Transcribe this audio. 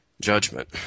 judgment